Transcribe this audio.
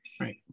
Right